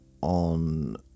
on